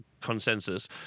consensus